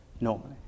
normally